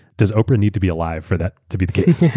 does oprah need to be alive for that to be the case?